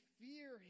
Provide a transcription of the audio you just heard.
fear